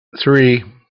three